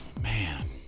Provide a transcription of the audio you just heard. Man